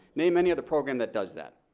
name any other program that does that,